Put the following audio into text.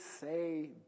say